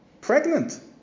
pregnant